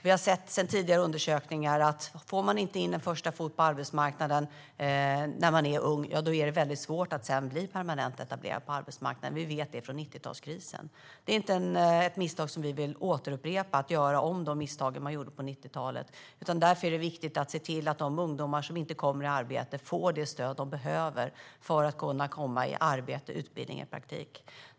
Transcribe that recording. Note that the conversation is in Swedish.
Vi har i tidigare undersökningar sett att det är väldigt svårt att bli permanent etablerad på arbetsmarknaden om man inte får in en första fot på arbetsmarknaden när man är ung. Det vet vi från 1990-talskrisen, och det är inte ett misstag vi vill upprepa. Vi vill inte göra om de misstag som gjordes på 1990-talet. Därför är det viktigt att se till att de ungdomar som inte kommer i arbete får det stöd de behöver för att komma i arbete, utbildning eller praktik.